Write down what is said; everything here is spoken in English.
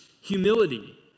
humility